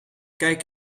kijk